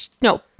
no